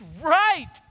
right